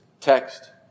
text